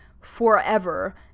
forever